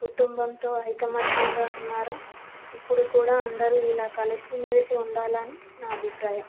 కుటుంబంతో ఐకమత్యంగా ఉన్నారో ఇప్పుడు కూడా అందరు ఇలా కలిసి మెలిసి ఉండాలని నా అభిప్రాయం